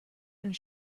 and